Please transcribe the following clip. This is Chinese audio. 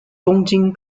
东京